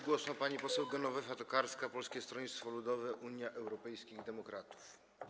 Głos ma pani poseł Genowefa Tokarska, Polskie Stronnictwo Ludowe - Unia Europejskich Demokratów.